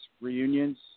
reunions